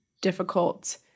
difficult